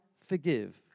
forgive